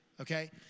okay